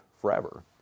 forever